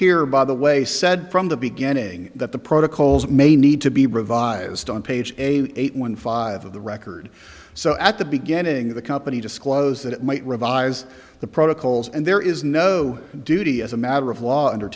here by the way said from the beginning that the protocols may need to be revised on page eight one five of the record so at the beginning the company disclosed that it might revise the protocols and there is no duty as a matter of law under